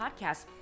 podcast